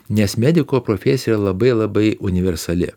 nes mediko profesija yra labai labai universali